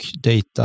data